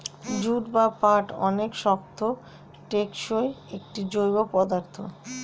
jute বা পাট অনেক শক্ত, টেকসই একটা জৈব পদার্থ